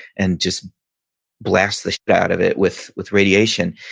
and just blast the, out of it with with radiation.